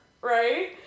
right